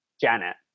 Janet